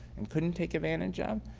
and couldn't take advantage um